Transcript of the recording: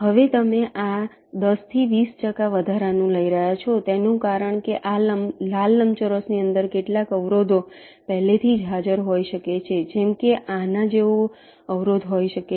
હવે તમે આ 10 થી 20 ટકા વધારાનું લઈ રહ્યા છો તેનું કારણ કે આ લાલ લંબચોરસની અંદર કેટલાક અવરોધો પહેલેથી હાજર હોઈ શકે છે જેમ કે આના જેવો અવરોધ હોઈ શકે છે